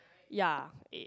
ya is